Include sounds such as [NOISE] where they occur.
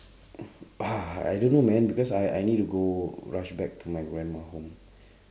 [BREATH] ah I don't know man cause I I need to go rush back to my grandma home